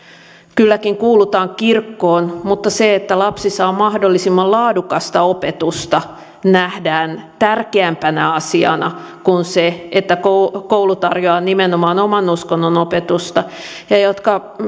kylläkin kuulutaan kirkkoon mutta se että lapsi saa mahdollisimman laadukasta opetusta nähdään tärkeämpänä asiana kuin se että koulu koulu tarjoaa nimenomaan oman uskonnon opetusta ja ja